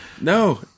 No